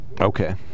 Okay